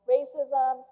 Racism